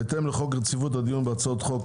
בהתאם לחוק רציפות הדיון בהצעת חוק,